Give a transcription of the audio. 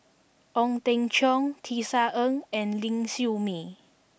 Ong Teng Cheong Tisa Ng and Ling Siew May